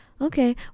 Okay